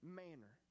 manner